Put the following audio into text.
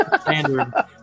standard